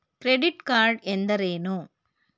Credit card ಎಂದರೇನು?